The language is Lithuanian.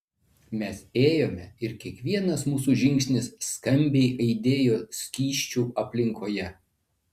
mes ėjome ir kiekvienas mūsų žingsnis skambiai aidėjo skysčių aplinkoje